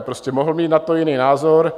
Prostě mohl mít na to jiný názor.